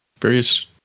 Various